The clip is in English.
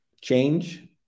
Change